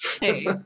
Hey